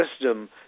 wisdom